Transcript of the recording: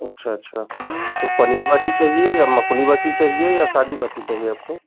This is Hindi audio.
अच्छा अच्छा तो पनीर बाटी चाहिए या मकुनी बाटी चाहिए या सादी बाटी चाहिए आपको